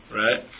right